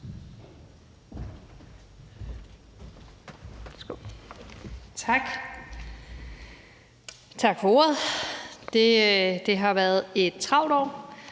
(SF): Tak for ordet. Det har været et travlt år